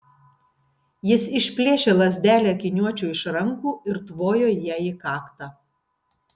jis išplėšė lazdelę akiniuočiui iš rankų ir tvojo ja į kaktą